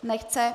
Nechce.